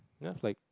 ya I have like